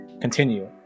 continue